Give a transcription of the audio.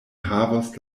havos